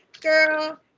girl